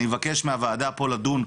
אני אבקש מהוועדה פה לדון,